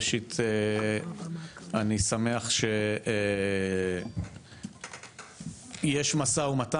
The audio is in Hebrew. ראשית, אני שמח שיש מו"מ,